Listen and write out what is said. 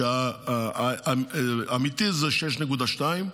הסכום האמיתי זה 6.2,